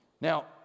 Now